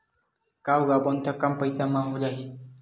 का उगाबोन त कम पईसा म हो जाही?